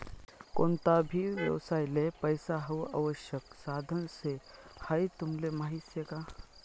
कोणता भी व्यवसायले पैसा हाऊ आवश्यक साधन शे हाई तुमले माहीत शे का?